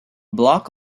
block